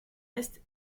est